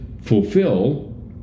fulfill